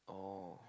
oh